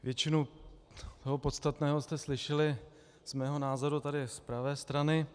Většinu toho podstatného jste slyšeli z mého názoru tady z pravé strany.